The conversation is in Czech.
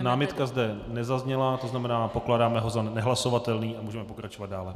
Námitka zde nezazněla, to znamená, pokládáme ho za nehlasovatelný a můžeme pokračovat dále.